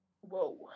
Whoa